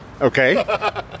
Okay